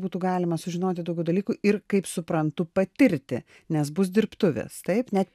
būtų galima sužinoti daugiau dalykų ir kaip suprantu patirti nes bus dirbtuvės taip net